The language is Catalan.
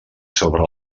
sobre